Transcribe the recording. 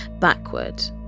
backward